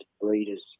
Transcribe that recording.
breeders